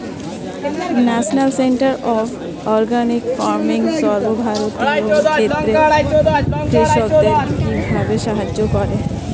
National centre of organic farming সর্বভারতীয় ক্ষেত্রে কৃষকদের কিভাবে সাহায্য করে?